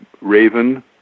Raven